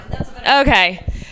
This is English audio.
Okay